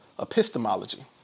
epistemology